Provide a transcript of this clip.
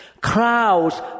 Crowds